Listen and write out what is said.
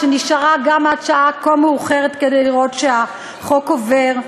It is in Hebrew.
שנשארה גם עד שעה כה מאוחרת כדי לראות שהחוק עובר,